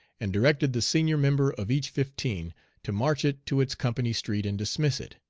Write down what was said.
and directed the senior member of each fifteen to march it to its company street and dismiss it.